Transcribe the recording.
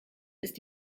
ist